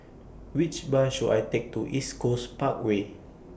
Which Bus should I Take to East Coast Parkway